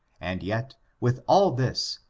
and yet, with all this,